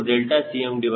5525 0